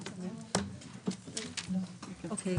מזיקה,